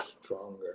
stronger